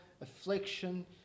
Affliction